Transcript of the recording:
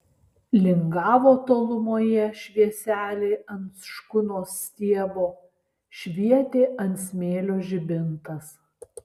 lingavo tolumoje švieselė ant škunos stiebo švietė ant smėlio žibintas